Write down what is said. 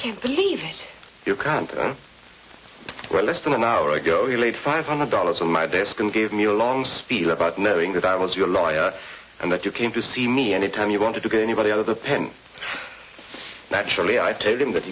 can't believe you can't write less than an hour ago he laid five hundred dollars on my desk and gave me a long spiel about knowing that i was your lawyer and that you came to see me any time you wanted to get anybody out of the pen naturally i told him that